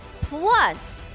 Plus